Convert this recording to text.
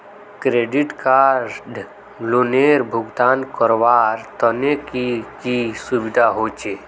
Credit card लोनेर भुगतान करवार तने की की सुविधा होचे??